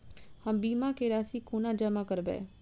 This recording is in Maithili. हम बीमा केँ राशि कोना जमा करबै?